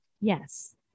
Yes